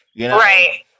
Right